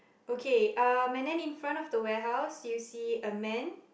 okay and then infront of the warehouse you see a man